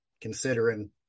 considering